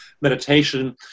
meditation